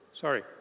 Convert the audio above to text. Sorry